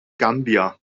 gambia